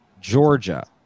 Georgia